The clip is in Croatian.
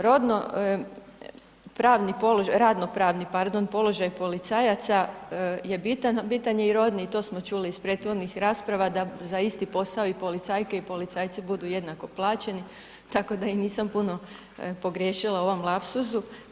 Rodnopravni položaj, radnopravni, pardon, položaj policajaca je bitan, a bitan je i rodni, to smo čuli iz prethodnih rasprava da za isti posao i policajke i policajci budu jednako plaćeni, tako da i nisam puno pogriješila u ovom lapsusu.